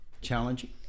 challenging